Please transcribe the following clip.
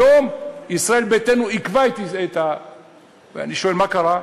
היום ישראל ביתנו עיכבה, ואני שואל: מה קרה?